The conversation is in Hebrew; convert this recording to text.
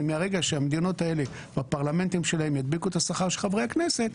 ומהרגע שהפרלמנטים של המדינות האלה ידביקו את השכר של חברי הכנסת,